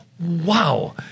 Wow